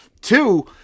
Two